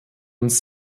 uns